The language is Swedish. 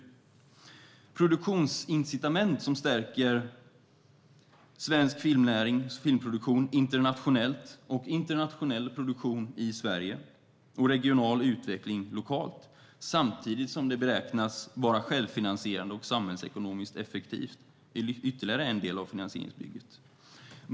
Ytterligare en del av finansieringsbygget är produktionsincitament som stärker svensk filmnäring och filmproduktion internationellt, internationell produktion i Sverige och regional utveckling lokalt, samtidigt som det beräknats vara självfinansierande och samhällsekonomiskt effektivt.